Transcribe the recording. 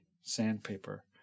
sandpaper